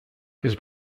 his